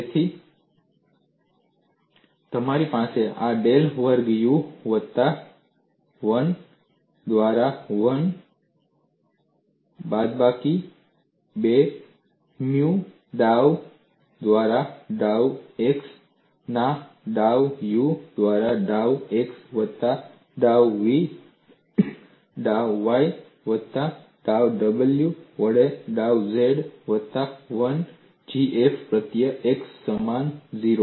તેથી તમારી પાસે આ ડેલ વર્ગ u વત્તા 1 દ્વારા 1 બાદ 2 ન્યુ ડાઉ દ્વારા ડાઉ x ના ડાઉ u દ્વારા ડાઉ x વત્તા ડાઉ v ડાઉ y વત્તા ડાઉ w વડે ડાઉ z વત્તા 1 GF પ્રત્યય x સમાન 0